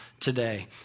today